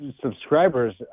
subscribers